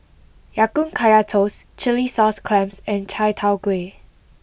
Ya Kun Kaya Toast Chilli Sauce clams and Chai Tow Kuay